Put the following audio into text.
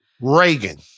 Reagan